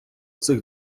цих